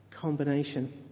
combination